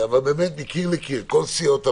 מקיר לקיר, כל סיעות הבית.